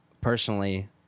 personally